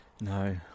No